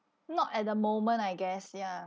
not at the moment I guess ya